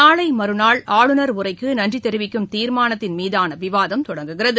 நாளை மறுநாள் ஆளுநர் உரைக்கு நன்றி தெரிவிக்கும் தீர்மானத்தின் மீதான விவாதம் தொடங்குகிறது